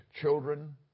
children